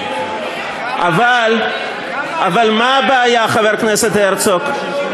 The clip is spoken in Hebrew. אבל מה הבעיה, חבר הכנסת הרצוג?